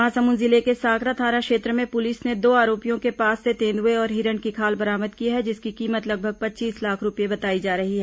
महासमुंद जिले के सांकरा थाना क्षेत्र में पुलिस ने दो आरोपियों के पास से तेंदुएं और हिरण की खाल बरामद की है जिसकी कीमत लगभग पच्चीस लाख रूपये बताई जा रही है